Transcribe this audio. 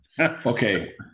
Okay